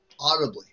audibly